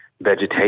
vegetation